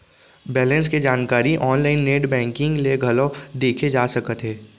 balance के जानकारी online net banking ले घलौ देखे जा सकत हे